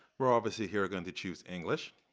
we're obviously here going to choose english.